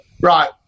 right